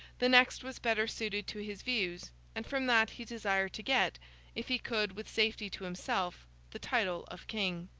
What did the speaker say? the next was better suited to his views and from that he desired to get if he could with safety to himself the title of king.